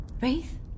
Wraith